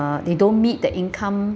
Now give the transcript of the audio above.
they don't meet the income